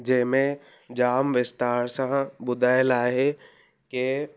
जंहिंमें जामु विस्तार सां ॿुधायलु आहे की